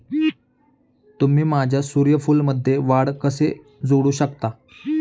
तुम्ही माझ्या सूर्यफूलमध्ये वाढ कसे जोडू शकता?